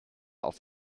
auf